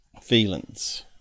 Feelings